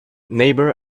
neighbor